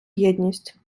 єдність